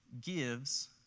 gives